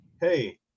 Hey